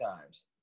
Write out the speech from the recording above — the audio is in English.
times